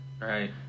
Right